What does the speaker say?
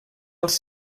els